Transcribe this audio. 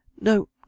No